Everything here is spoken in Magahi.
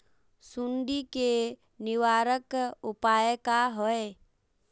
सुंडी के निवारक उपाय का होए?